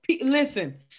Listen